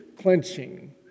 clenching